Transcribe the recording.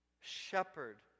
Shepherd